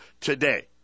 today